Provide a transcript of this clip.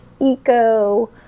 eco